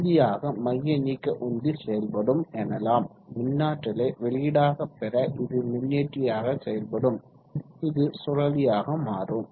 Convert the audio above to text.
உந்தியாக மையநீக்க உந்தி செயல்படும் எனலாம் மின்னாற்றலை வெளியீடாக பெற இது மின்னியற்றியாக செயல்படும் இது சுழலியாக மாறும்